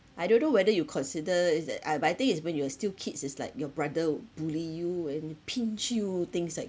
I don't know whether you consider is that uh but I think is when you were still kids is like your brother would bully you and pinch you things like